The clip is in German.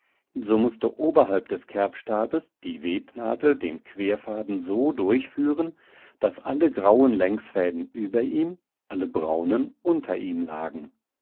so mußte oberhalb des kerbstabes die webnadel den querfaden so durchführen daß alle grauen längsfäden über ihm alle braunen unter ihm lagen